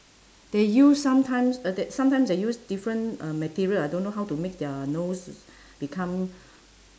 they use sometimes th~ that sometimes they use different um material I don't know how to make their nose become